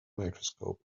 microscope